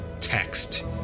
text